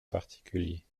particulier